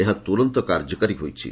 ଏହା ତୁରନ୍ତ କାର୍ଯ୍ୟକାରୀ ହୋଇଛି